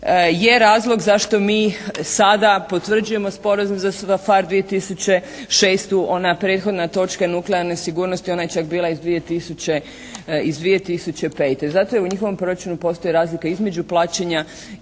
je razlog zašto mi sada potvrđujemo sporazum … /Govornica se ne razumije./ … «PHARE» 2006. Ona prethodna točka o nuklearnoj sigurnosti, ona je čak bila iz 2005. Zato i u njihovom proračunu postoji razlika između plaćanja